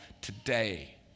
today